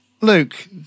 Luke